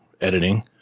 editing